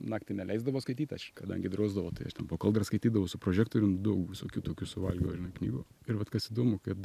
naktį neleisdavo skaityt aš kadangi drausdavo tai aš ten po kaldra skaitydavau su prožektorium daug visokių tokių suvalgiau žinai knygų ir vat kas įdomu kad